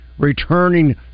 returning